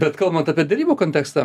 bet kalbant apie derybų kontekstą